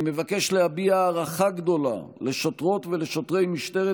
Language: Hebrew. אני מבקש להביע הערכה גדולה לשוטרות ולשוטרי משטרת